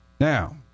Now